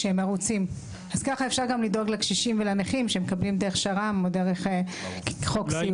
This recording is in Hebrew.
כך אפשר גם לדאוג לקשישים ולנכים שמקבלים דרך שר"מ או דרך חוק הסיעוד.